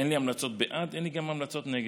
אין לי המלצות בעד, אין לי המלצות נגד.